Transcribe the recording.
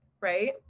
right